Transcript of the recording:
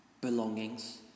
belongings